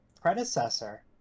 predecessor